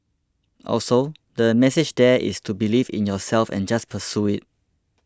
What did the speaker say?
also the message there is to believe in yourself and just pursue it